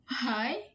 Hi